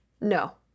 No